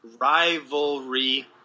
rivalry